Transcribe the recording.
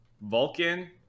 Vulcan